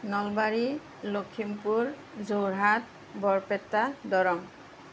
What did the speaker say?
Nalbari Lakhimpur Jorhat Barpeta Darrang